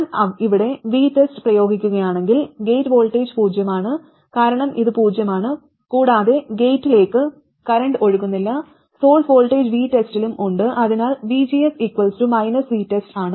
ഞാൻ ഇവിടെ VTEST പ്രയോഗിക്കുകയാണെങ്കിൽ ഗേറ്റ് വോൾട്ടേജ് പൂജ്യമാണ് കാരണം ഇത് പൂജ്യമാണ് കൂടാതെ ഗേറ്റിലേക്ക് കറന്റ് ഒഴുകുന്നില്ല സോഴ്സ് വോൾട്ടേജ് VTEST ലും ഉണ്ട് അതിനാൽ vgs VTEST ആണ്